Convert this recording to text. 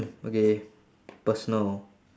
okay personal